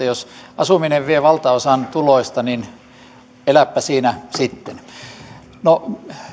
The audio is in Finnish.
jos asuminen vie valtaosan tuloista niin eläpä siinä sitten no